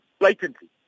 blatantly